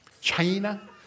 China